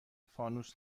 فانوس